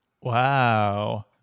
Wow